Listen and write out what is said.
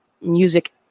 music